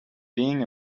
being